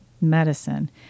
medicine